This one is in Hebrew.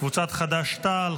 קבוצת סיעת חד"ש-תע"ל,